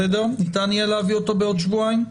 ניתן יהיה להביא אותו בעוד שבועיים?